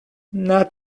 not